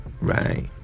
right